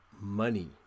money